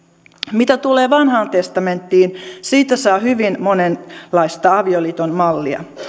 mitä tulee vanhaan testamenttiin niin siitä saa hyvin monenlaista avioliiton mallia